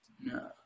No